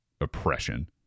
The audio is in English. oppression